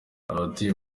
abatuye